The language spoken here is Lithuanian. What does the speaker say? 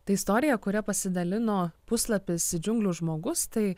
tai istorija kuria pasidalino puslapis džiunglių žmogus tai